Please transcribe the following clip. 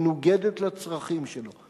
מנוגדת לצרכים שלו.